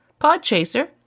Podchaser